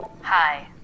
Hi